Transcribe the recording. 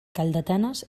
calldetenes